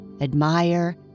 admire